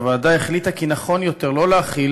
והוועדה החליטה כי נכון יותר לא להחיל